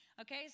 Okay